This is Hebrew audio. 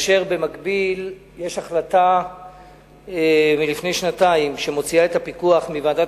במקביל יש החלטה מלפני שנתיים שמוציאה את הפיקוח מוועדת